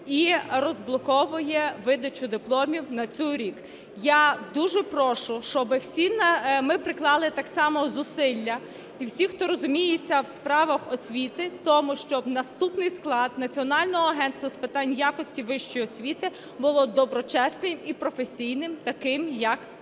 і розблоковує видачу дипломів на цей рік. Я дуже прошу, щоб всі ми приклали так само зусилля і всі, хто розуміється в справах освіти, в тому, щоб наступний склад Національного агентства з питань якості вищої освіти був доброчесним і професійним, таким, як це.